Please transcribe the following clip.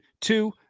two